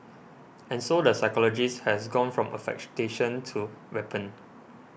and so the psychologist has gone from affectation to weapon